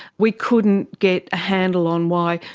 we couldn't get a handle on why.